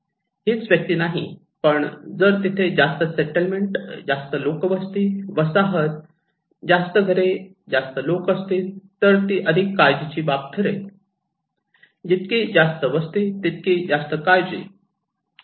हीच व्यक्ती नाही पण जर तिथे जास्त सेटलमेंट जास्त लोकवस्ती वसाहत जास्त घरे लोक असतील तर ती अधिक काळजीची बाब ठरेल जितकी जास्त वस्ती ती तितकी जास्त काळजी